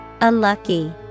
Unlucky